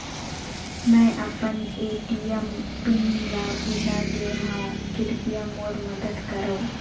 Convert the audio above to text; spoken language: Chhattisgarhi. मैं अपन ए.टी.एम पिन ल भुला गे हवों, कृपया मोर मदद करव